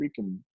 freaking